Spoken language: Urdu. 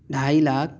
ڈھائی لاکھ